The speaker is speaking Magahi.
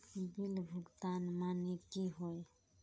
बिल भुगतान माने की होय?